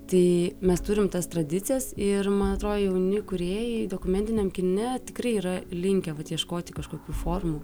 tai mes turim tas tradicijas ir man atrodo jauni kūrėjai dokumentiniam kine tikrai yra linkę ieškoti kažkokių formų